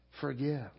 Forgive